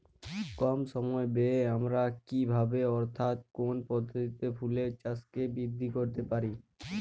কম সময় ব্যায়ে আমরা কি ভাবে অর্থাৎ কোন পদ্ধতিতে ফুলের চাষকে বৃদ্ধি করতে পারি?